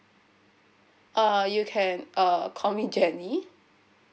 uh you can call me jenny